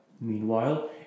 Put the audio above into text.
Meanwhile